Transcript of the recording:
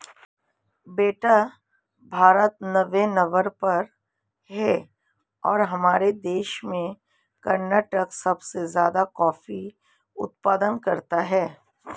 बेटा भारत नौवें नंबर पर है और हमारे देश में कर्नाटक सबसे ज्यादा कॉफी उत्पादन करता है